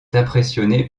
impressionné